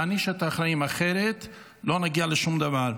להעניש את האחראים, אחרת לא נגיע לשום דבר.